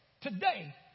today